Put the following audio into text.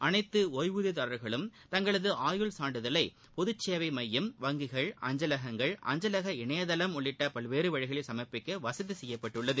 அனைத்து ஓய்வூதியதாரர்களும் தங்களது ஆயுள் சான்றிதழை பொது சேவை மையம் வங்கிகள் அஞ்சலகங்கள் அஞ்சலக இணையதளம் உள்ளிட்ட பல்வேறு வழிகளில் சமர்ப்பிக்க வசதி செய்யப்பட்டுள்ளது